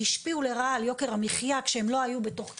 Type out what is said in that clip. השפיעו לרעה על יוקר המחייה כאשר הן לא היו בתוך קרן,